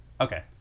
Okay